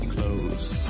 Close